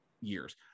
years